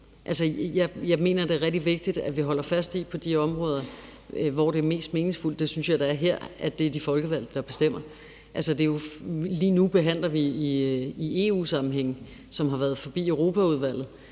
jeg mener, det er rigtig vigtigt, at vi holder fast i på de områder, hvor det er mest meningsfuldt, og det synes jeg det er her, at det er de folkevalgte, der bestemmer. Lige nu behandler vi i EU-sammenhæng spørgsmål, som har været forbi Europaudvalget,